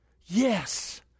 Yes